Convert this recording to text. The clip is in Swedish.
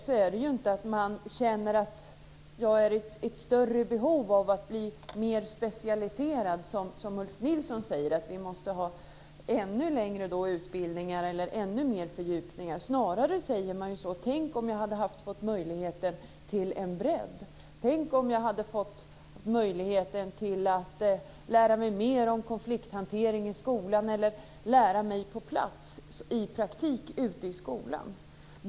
De känner ju inte att de har ett större behov av att bli mer specialiserade, som Ulf Nilsson säger, eller att de måste ha ännu längre utbildningar eller ännu mer fördjupningar. Snarare säger de: Tänk om jag hade fått möjlighet till en bredd! Tänk om jag hade fått möjlighet att lära mig mer om konflikthantering i skolan eller att lära mig på plats genom praktik ute i skolan!